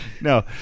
No